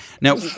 Now